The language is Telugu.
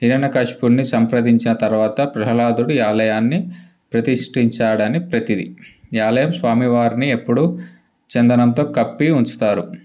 హిరణ్యకసిపుడిని సంప్రదించిన తరువాత ప్రహ్లాదుడు ఈ ఆలయాన్ని ప్రతిష్టించాడని ప్రతీతి ఈ ఆలయం స్వామివారిని ఎప్పుడూ చందనంతో కప్పి ఉంచుతారు